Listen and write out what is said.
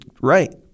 right